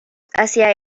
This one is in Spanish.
hacia